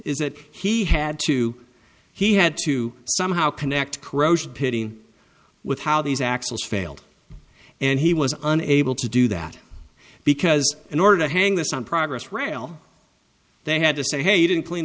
is that he had to he had to somehow connect corrosion pitting with how these axles failed and he was unable to do that because in order to hang this on progress rail they had to say hey you didn't clean